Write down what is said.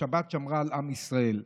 השבת שמרה על עם ישראל.